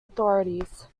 authorities